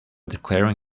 declaring